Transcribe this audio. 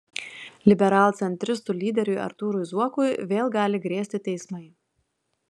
liberalcentristų lyderiui artūrui zuokui vėl gali grėsti teismai